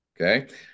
Okay